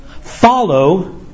Follow